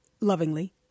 lovingly